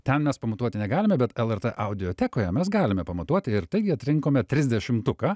ten mes pamatuoti negalime bet lrt audiotekoje mes galime pamatuoti ir taigi atrinkome trisdešimtuką